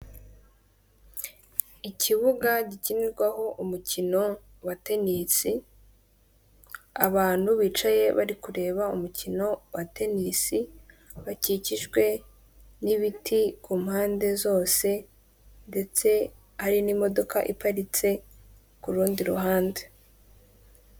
Ikibuga gikinirwaho umukino wa tenisi, abantu bicaye bari kureba umukino wa tenisi bakikijwe n'ibiti ku mpande zose ndetse hari n'imodoka iparitse ku rundi ruhande.